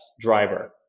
driver